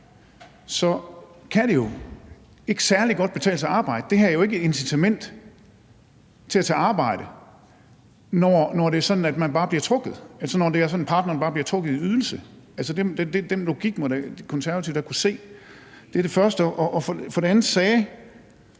kan det jo ikke særlig godt betale sig at arbejde. Det her er jo ikke et incitament til at tage arbejde, når det er sådan, at partneren bare bliver trukket i ydelse. Altså, den logik må Konservative da kunne se. Det er det første. Og det andet er,